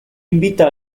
invita